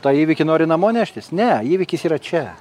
tą įvykį nori namo neštis ne įvykis yra čia